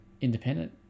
independent